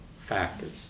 factors